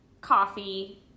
coffee